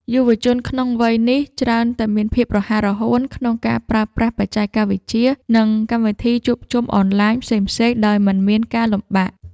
យុវជនក្នុងវ័យនេះ ច្រើនតែមានភាពរហ័សរហួនក្នុងការប្រើប្រាស់បច្ចេកវិទ្យា និងកម្មវិធីជួបជុំអនឡាញផ្សេងៗដោយមិនមានការលំបាក។